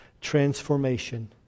transformation